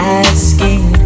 asking